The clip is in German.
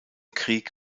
krieg